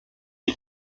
ich